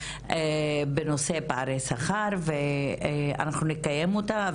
בנושא פערי שכר ואנחנו נקיים אותה.